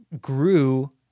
grew